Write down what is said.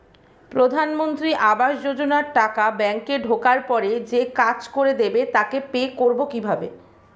প্রধানমন্ত্রী আবাস যোজনার টাকা ব্যাংকে ঢোকার পরে যে কাজ করে দেবে তাকে পে করব কিভাবে?